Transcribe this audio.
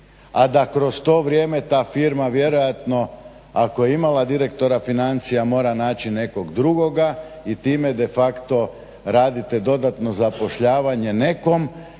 a da kroz to vrijeme ta firma vjerojatno ako je imala direktora financija mora naći nekog drugoga i time de facto radite dodatno zapošljavanje nekom